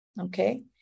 okay